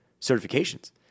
certifications